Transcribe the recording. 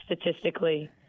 statistically